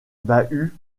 bahuts